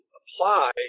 apply